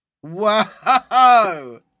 Whoa